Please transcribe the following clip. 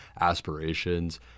aspirations